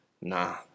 Nah